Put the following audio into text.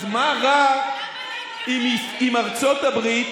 אז מה רע אם ארצות הברית,